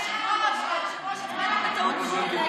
ההצעה להעביר את הנושא לוועדה שתקבע ועדת הכנסת נתקבלה.